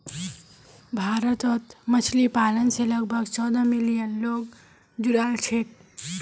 भारतत मछली पालन स लगभग चौदह मिलियन लोग जुड़ाल छेक